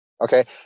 okay